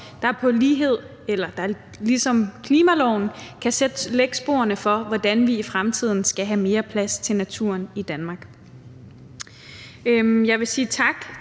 en biodiversitetslov, der ligesom klimaloven kan lægge sporene for, hvordan vi i fremtiden skal have mere plads til naturen i Danmark. Jeg vil sige tak